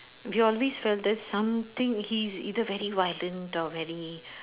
we always felt that something he is either very violent or very